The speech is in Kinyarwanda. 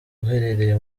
uherereye